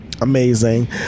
amazing